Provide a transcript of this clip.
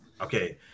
Okay